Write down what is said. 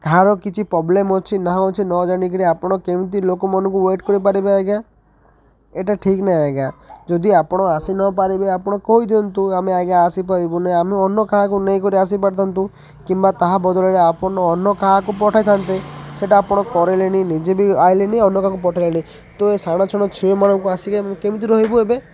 କାହାର କିଛି ପ୍ରୋବ୍ଲେମ୍ ଅଛି ନା ଅଛି ନଜାନିକିରି ଆପଣ କେମିତି ଲୋକମାନଙ୍କୁ ୱେଟ୍ କରିପାରିବେ ଆଜ୍ଞା ଏଇଟା ଠିକ୍ ନାହିଁ ଆଜ୍ଞା ଯଦି ଆପଣ ଆସି ନପାରିବେ ଆପଣ କହିଦିଅନ୍ତୁ ଆମେ ଆଜ୍ଞା ଆସିପାରିବୁନି ଆମେ ଅନ୍ୟ କାହାକୁ ନେଇକରି ଆସିପାରିଥାନ୍ତୁ କିମ୍ବା ତାହା ବଦଳରେ ଆପନ ଅନ୍ୟ କାହାକୁ ପଠାଇଥାନ୍ତେ ସେଇଟା ଆପଣ କରେଲେନି ନିଜେ ବି ଆଇଲେନି ଅନ୍ୟ କାହାକୁ ପଠେଇଲେନି ତ ଏ ସାାଣ ଛଣ ଛୁଆମାନଙ୍କୁ ଆସିକି କେମିତି ରହିବୁ ଏବେ